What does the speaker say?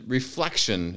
reflection